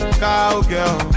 cowgirl